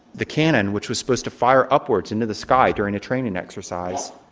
the cannon, which was supposed to fire upwards into the sky during a training exercise,